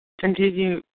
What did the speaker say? Continue